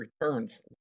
returns